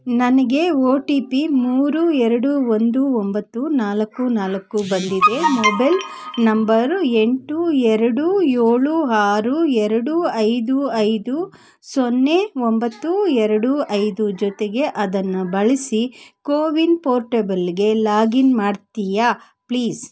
ನನಗೆ O T P ಮೂರು ಎರಡು ಒಂದು ಒಂಬತ್ತು ನಾಲ್ಕು ನಾಲ್ಕು ಬಂದಿದೆ ಮೊಬೈಲ್ ನಂಬರು ಎಂಟು ಎರಡು ಏಳು ಆರು ಎರಡು ಐದು ಐದು ಸೊನ್ನೆ ಒಂಬತ್ತು ಎರಡು ಐದು ಜೊತೆಗೆ ಅದನ್ನು ಬಳಸಿ ಕೋವಿನ್ ಪೋರ್ಟೆಬಲ್ಗೆ ಲಾಗಿನ್ ಮಾಡ್ತೀಯಾ ಪ್ಲೀಸ್